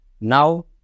Now